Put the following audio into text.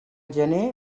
gener